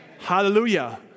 Hallelujah